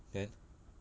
then